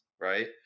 right